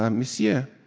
um monsieur,